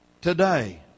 Today